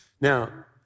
Now